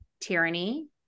tyranny